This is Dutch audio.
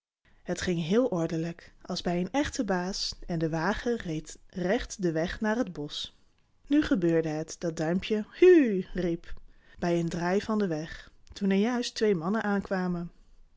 het ging heel ordelijk als bij een echten baas en de wagen reed recht den weg naar het bosch nu gebeurde het dat duimpje hu riep bij een draai van den weg toen er juist twee mannen aankwamen